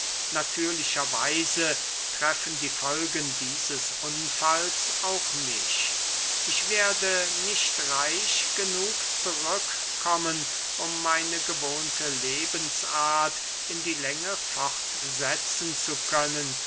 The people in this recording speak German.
natürlicher weise treffen die folgen dieses unfalls auch mich ich werde nicht reich genug zurückkommen um meine gewohnte lebensart in die länge fortsetzen zu können